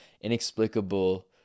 inexplicable